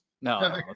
No